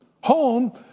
home